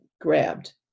grabbed